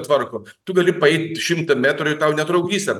tvarko tu gali paeit šimtą metrų ir tau netrukdys ten